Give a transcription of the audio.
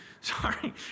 sorry